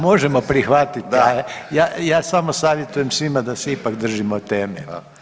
Možemo prihvatiti, ja samo savjetujem svima da se ipak držimo teme.